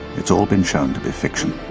it's all been shown to be fiction.